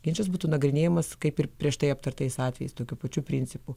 ginčas būtų nagrinėjamas kaip ir prieš tai aptartais atvejais tokiu pačiu principu